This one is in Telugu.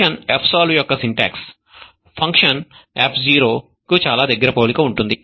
ఫంక్షన్ fsolve యొక్క సిన్టాక్స్ ఫంక్షన్ fzero కు చాలా దగ్గర పోలిక ఉంటుంది